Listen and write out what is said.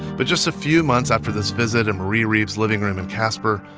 but just a few months after this visit in marie reeb's living room in casper,